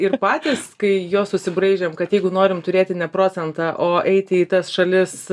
ir patys kai juos susibraižėm kad jeigu norim turėti ne procentą o eiti į tas šalis